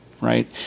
Right